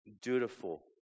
dutiful